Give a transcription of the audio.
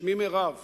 שמי מרב,